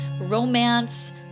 romance